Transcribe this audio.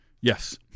Yes